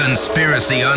Conspiracy